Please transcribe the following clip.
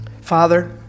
Father